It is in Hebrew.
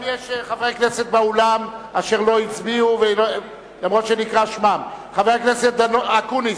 אם יש חברי כנסת באולם שלא הצביעו אפילו שנקרא שמם: חבר הכנסת אקוניס,